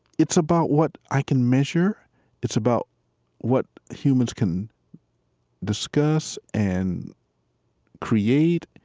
it's about what i can measure it's about what humans can discuss and create